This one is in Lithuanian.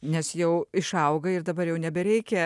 nes jau išaugai ir dabar jau nebereikia